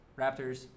Raptors